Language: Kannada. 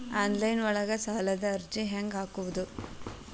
ಆನ್ಲೈನ್ ಒಳಗ ಸಾಲದ ಅರ್ಜಿ ಹೆಂಗ್ ಹಾಕುವುದು?